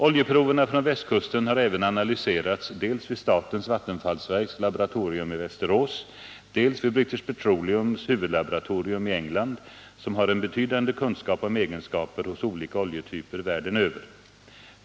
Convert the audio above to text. Oljeproverna från västkusten har även analyserats dels vid statens vattenfallsverks laboratorium i Västerås, dels vid British Petroleums huvudlaboratorium i England, som har en betydande kunskap om egenskaper hos olika oljetyper över hela världen.